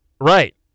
right